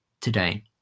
today